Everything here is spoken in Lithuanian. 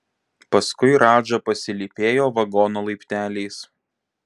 paskui radža pasilypėjo vagono laipteliais